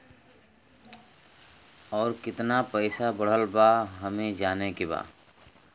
और कितना पैसा बढ़ल बा हमे जाने के बा?